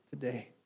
today